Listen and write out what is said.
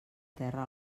terra